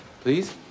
Please